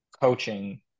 coaching